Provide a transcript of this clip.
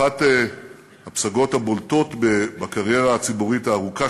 אחת הפסגות הבולטות בקריירה הציבורית הארוכה